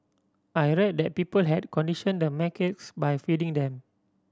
I read that people had conditioned the macaques by feeding them